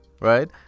right